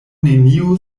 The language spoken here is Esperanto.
neniu